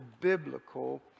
biblical